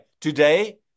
today